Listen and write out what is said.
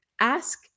ask